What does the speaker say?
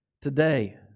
today